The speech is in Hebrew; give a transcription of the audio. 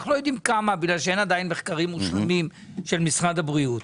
אנחנו לא יודעים כמה כי עדיין אין מחקרים מושלמים של משרד הבריאות.